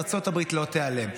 ארצות הברית לא תיעלם.